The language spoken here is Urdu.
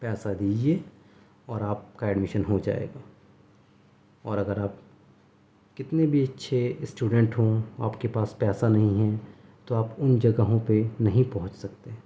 پیسہ دیجیے اور آپ کا ایڈمیشن ہو جائے گا اور اگر آپ کتنے بھی اچھے اسٹوڈینٹ ہوں آپ کے پاس پیسہ نہیں ہے تو آپ ان جگہوں پہ نہیں پہنچ سکتے ہیں